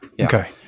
Okay